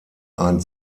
ein